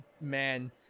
man